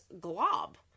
glob